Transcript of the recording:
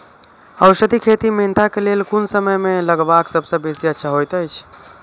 औषधि खेती मेंथा के लेल कोन समय में लगवाक सबसँ बेसी अच्छा होयत अछि?